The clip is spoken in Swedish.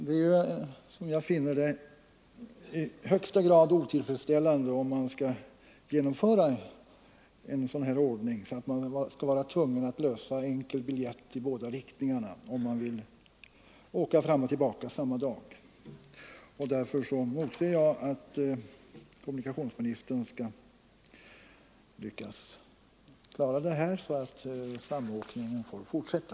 Det är, som jag finner det, i högsta grad otillfreds "ställande om en sådan ordning genomförs att man blir tvungen att lösa enkel biljett i båda riktningarna, om man vill åka fram och tillbaka samma dag. Därför motser jag att kommunikationsministern skall lyckas klara detta så att samåkningen får fortsätta.